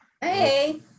Hey